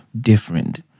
different